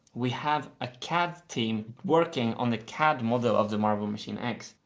we have a cad team working on the cad model of the marble machine x.